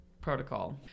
protocol